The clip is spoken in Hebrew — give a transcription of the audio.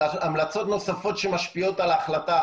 אבל המלצות נוספות שמשפיעות על ההחלטה